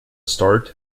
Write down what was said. start